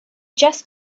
just